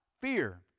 fear